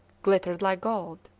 glittered like gold.